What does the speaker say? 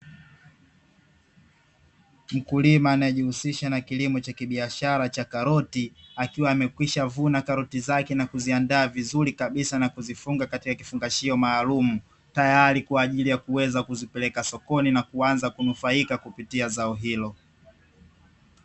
Mkulima anaye jihusisha na kilimo cha kibiashara cha karoti akiwa amekwisha vuna karoti zake, na kuzianda vizuri kabisa na kuzifunga katika kifungashio maalumu tayari kwaajili ya kuweza kuzipeleka sokoni na kuanza kunufaika kupitia zao hilo.